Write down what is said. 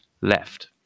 left